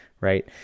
right